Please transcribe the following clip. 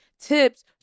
tips